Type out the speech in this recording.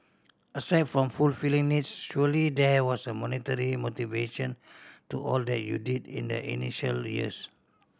aside from fulfilling needs surely there was a monetary motivation to all that you did in the initial years